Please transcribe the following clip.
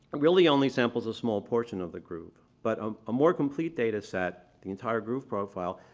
really only samples a small portion of the groove. but um a more complete data set, the entire groove profile,